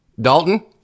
Dalton